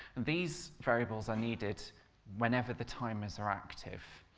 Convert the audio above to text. these variables are needed whenever the timers are active.